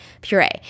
puree